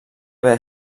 haver